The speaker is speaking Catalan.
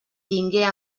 tingué